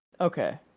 okay